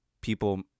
people